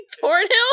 Thornhill